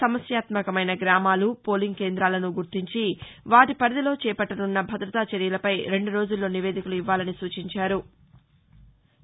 సమస్యాత్మకమైన గ్రామాలు పోలింగ్ కేంద్రాలను గుర్తించి వాటి పరిధిలో చేపట్టనున్న భద్రతా చర్యలపై రెండు రోజుల్లో నివేదికలు ఇవ్వాలని సూచించారు